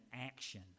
action